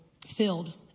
filled